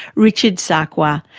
richard sakwa,